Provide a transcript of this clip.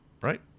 right